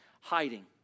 hiding